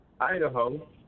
Idaho